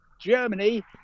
Germany